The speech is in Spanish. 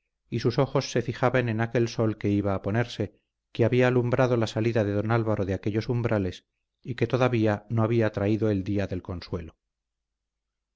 y sus ojos se fijaban en aquel sol que iba a ponerse que había alumbrado la salida de don álvaro de aquellos umbrales y que todavía no había traído el día del consuelo